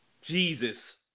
Jesus